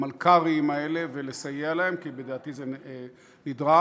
המלכ"רים האלה, ולסייע להם, כי לדעתי זה נדרש.